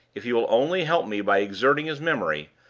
if he will only help me by exerting his memory,